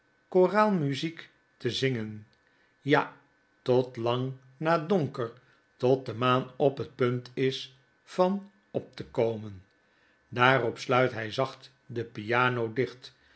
stem choraal muziektezingen ja tot lang na donker tot de maan op het punt is van op te komen daarop sluit hy zacht de piano dicht